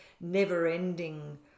never-ending